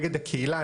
נגד הקהילה,